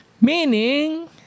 Meaning